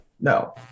No